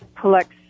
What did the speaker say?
collects